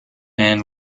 and